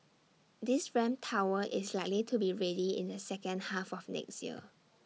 this ramp tower is likely to be ready in the second half of next year